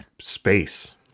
space